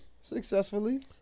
Successfully